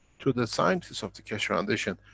to the scientists of the keshe foundation,